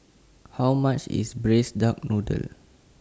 How much IS Braised Duck Noodle